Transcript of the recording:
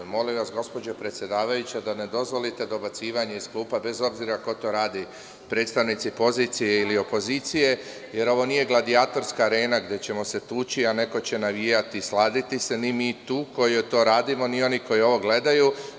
Molim vas, gospođo predsedavajuća, da ne dozvolite dobacivanje iz klupa, bez obzira ko to radi, predstavnici pozicije ili opozicije, jer ovo nije gladijatorska arena gde ćemo se tući a neko će navijati i sladiti se, ni mi tu koji to radimo ni oni koji ovo gledaju.